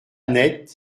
net